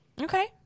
Okay